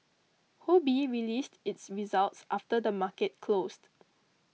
released its results after the market closed